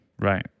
right